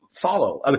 Follow